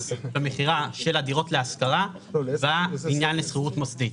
במכירה של הדירות להשכרה ושכירות מוסדית.